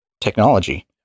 technology